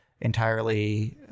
entirely